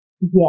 Yes